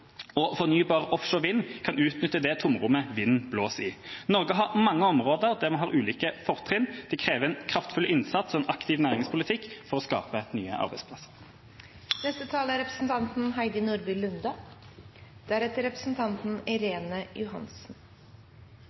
og fornybar offshore vind kan utnytte det tomrommet vinden blåser i. Norge har mange områder der vi har ulike fortrinn. Det krever en kraftfull innsats og en aktiv næringspolitikk for å skape nye arbeidsplasser. Som flere har kommentert, er